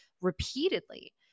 repeatedly